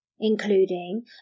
including